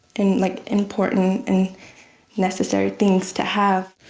and like important and necessary things to have.